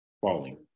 falling